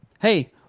hey